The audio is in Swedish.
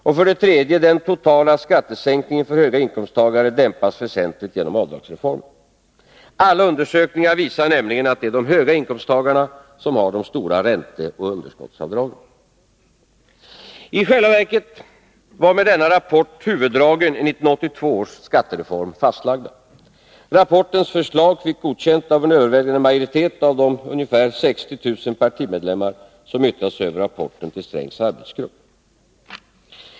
Och, för det tredje, den totala skattesänkningen för höginkomsttagare dämpas väsentligt genom avdragsreformen. Alla undersökningar visar nämligen att det är höginkomsttagarna som har de stora ränteoch underskottsavdragen. I själva verket var med denna rapport huvuddragen i 1982 års skattereform fastlagda. Rapportens förslag fick godkänt av en överväldigande majoritet av de ca 60 000 partimedlemmar som yttrade sig över rapporten till Strängs arbetsgrupp.